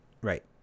Right